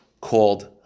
called